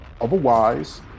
Otherwise